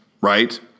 right